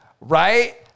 Right